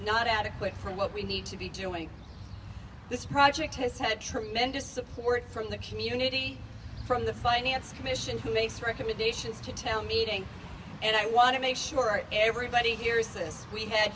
not adequate for what we need to be doing this project has had tremendous support from the community from the finance commission who makes recommendations to town meeting and i want to make sure everybody hears this we had